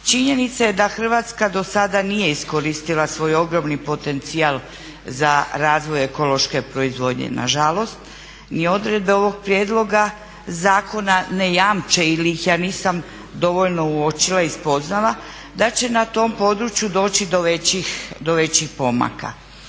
Činjenica je da Hrvatska do sada nije iskoristila svoj ogromni potencijal za razvoj ekološke proizvodnje nažalost ni odredbe ovog prijedloga zakona ne jamče ili ih ja nisam dovoljno uočila i spoznala da će na tom području doći do većih pomaka.